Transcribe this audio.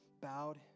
bowed